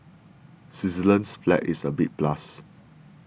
Switzerland's flag is a big plus